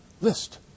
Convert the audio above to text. list